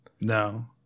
No